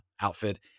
outfit